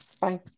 Bye